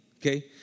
okay